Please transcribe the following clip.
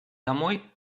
домой